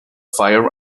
fire